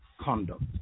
conduct